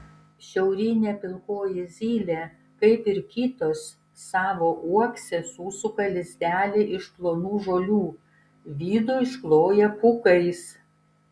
šiaurinė pilkoji zylė kaip ir kitos savo uokse susuka lizdelį iš plonų žolių vidų iškloja pūkais